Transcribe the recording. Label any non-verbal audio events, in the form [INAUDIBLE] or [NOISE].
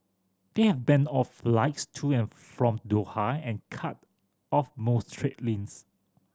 they have banned all flights to and from Doha and cut off most trade [UNINTELLIGIBLE]